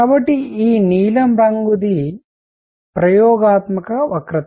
కాబట్టి ఈ నీలం రంగుది ప్రయోగాత్మక వక్రత